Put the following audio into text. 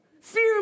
Fear